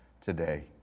today